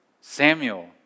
Samuel